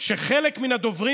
שחלק מן הדוברים